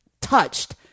touched